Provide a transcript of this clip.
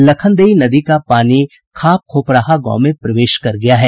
लखनदेई नदी का पानी खापखोपराहा गांव में प्रवेश का गया है